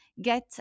get